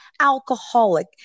alcoholic